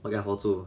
!walao! hold 住